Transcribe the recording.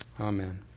Amen